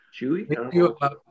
Chewy